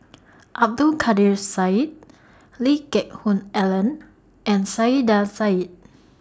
Abdul Kadir Syed Lee Geck Hoon Ellen and Saiedah Said